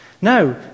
No